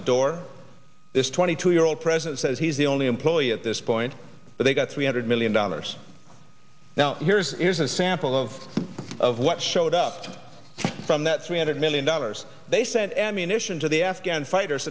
the door this twenty two year old president says he's the only employee at this point but they got three hundred million dollars now here's here's a sample of of what showed up from that three hundred million dollars they sent ammunition to the afghan fighters